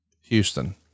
Houston